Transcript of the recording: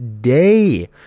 day